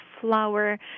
flower